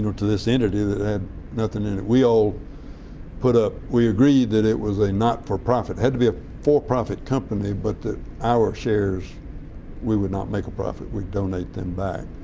to to this entity that had nothing in it. we all put up we agreed that it was a not for profit. had to be a for profit company but that our shares we would not make a profit. we'd donate them back.